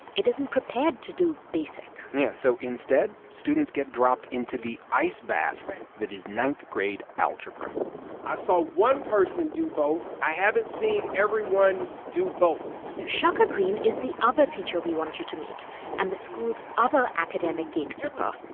it isn't prepared to do basic yeah. so instead, students get dropped into the ice bath that is ninth-grade algebra i saw one person do both. i haven't seen everyone do both i did shaka greene is the other teacher we want you to meet and the school's other academic gatekeeper.